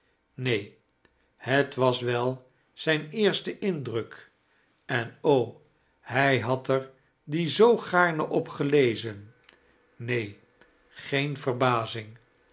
neen het was wel zijn eerst e indriik en o hfj had er die zoo gaarne op geiezen neen geen veirbazdng